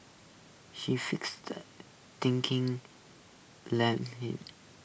she thinking led him